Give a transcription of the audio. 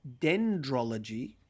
dendrology